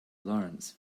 lawrence